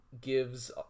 gives